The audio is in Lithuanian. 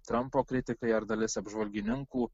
trampo kritikai ar dalis apžvalgininkų